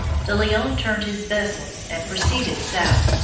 de leon turned his vessels and proceeded south,